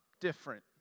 different